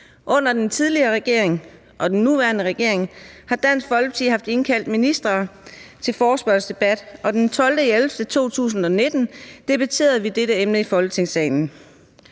Under den tidligere regering og under den nuværende regering har Dansk Folkeparti haft indkaldt ministre til forespørgselsdebat, og den 12. november 2019 debatterede vi dette emne i Folketingssalen.